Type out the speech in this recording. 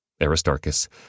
Aristarchus